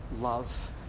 love